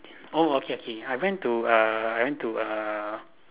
oh okay okay I went to err I went to err